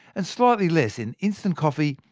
and slightly less in instant coffee,